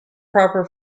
proper